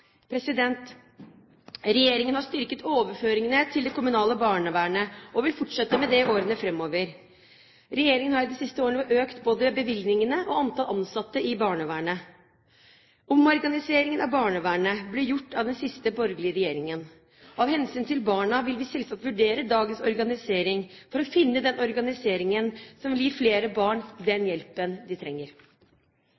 Regjeringen har styrket overføringene til det kommunale barnevernet og vil fortsette med det i årene framover. Regjeringen har i de siste årene økt både bevilgningene og antall ansatte i barnevernet. Omorganiseringen av barnevernet ble gjort av den siste borgerlige regjeringen. Av hensyn til barna vil vi selvsagt vurdere dagens organisering, for å finne den organiseringen som vil gi flere barn den